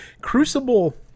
Crucible